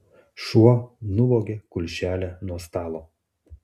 šuo nuvogė kulšelę nuo stalo